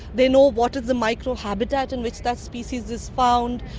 they know what is the microhabitat in which that species is found,